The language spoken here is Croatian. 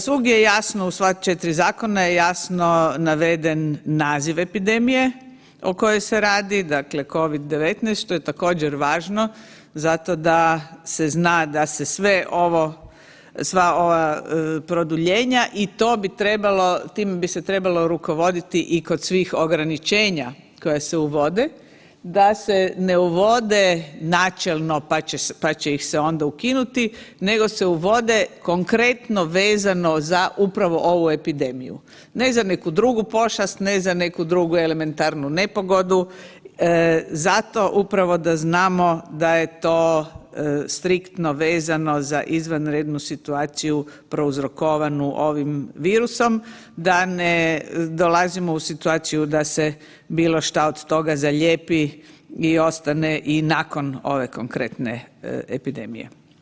Svugdje je jasno, u sva 4 zakona je jasno naveden naziv epidemije o kojoj se radi dakle Covid-19 što je također važno zato da se zna da se sve ovo, sva ova produljenja i to bi trebalo, time bi se trebalo rukovoditi i kod svih ograničenja koja se uvode da se ne uvode načelno pa će ih se onda ukinuti, nego se uvode konkretno vezano za upravo ovu epidemiju, ne za neku drugu pošast, ne za neku drugu elementarnu nepogodu, zato upravo da znamo da je to striktno vezano za izvanrednu situaciju prouzrokovanu ovim virusom, da ne dolazimo u situaciju da se bilo šta od toga zalijepi i ostane i nakon ove konkretne epidemije.